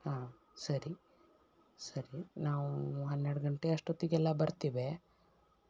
ಹಾಂ ಸರಿ ಸರಿ ನಾವು ಹನ್ನೆರಡು ಗಂಟೆ ಅಷ್ಟೊತ್ತಿಗೆಲ್ಲ ಬರ್ತೇವೆ